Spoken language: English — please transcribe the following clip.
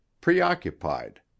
preoccupied